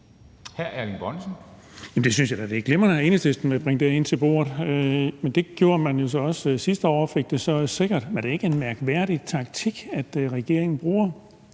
Jamen jeg synes da, det er glimrende, at Enhedslisten vil bringe det ind til bordet, men det gjorde man jo så også sidste år og fik det så sikret. Men er det ikke en mærkværdig taktik, regeringen bruger